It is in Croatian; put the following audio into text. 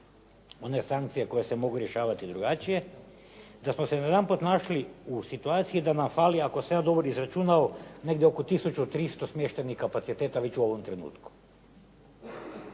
one sankcije koje se mogu rješavati drugačije, da smo se odjedanput našli u situaciji da nam fali ako sam ja dobro izračunao negdje oko tisuću 300 smještajnih kapaciteta već u ovom trenutku.